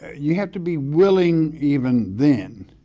you have to be willing even then,